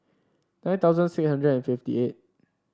nine thousand six hundred and fifty eight